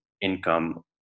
income